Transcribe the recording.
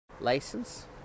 license